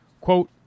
Quote